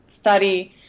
study